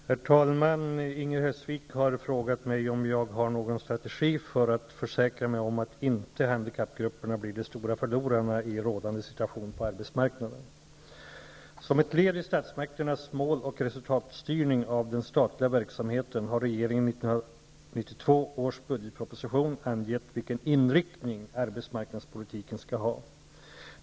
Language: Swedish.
Herr talman! Inger Hestvik har frågat mig om jag har någon strategi för att försäkra mig om att handikappgrupperna inte blir de stora förlorarna i den rådande situationen på arbetsmarknaden. Som ett led i statsmakternas mål och resultatstyrning av den statliga verksamheten har regeringen i 1992 års budgetproposition angett vilken inriktning arbetsmarknadspolitiken skall ha.